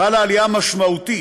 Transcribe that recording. חלה עלייה משמעותית